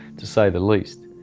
to say the least.